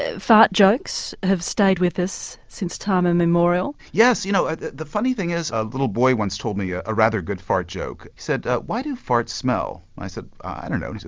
ah fart jokes have stayed with us since time immemorial. yes, you know ah the the funny thing is a little boy once told me ah a rather good fart joke. he said, why do farts smell? i said, i don't know.